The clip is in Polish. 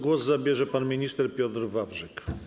Głos zabierze pan minister Piotr Wawrzyk.